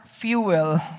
Fuel